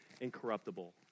incorruptible